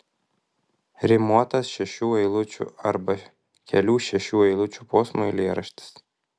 rimuotas šešių eilučių arba kelių šešių eilučių posmų eilėraštis